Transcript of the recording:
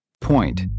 Point